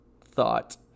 thought